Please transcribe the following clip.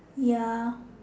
ya